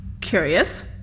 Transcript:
curious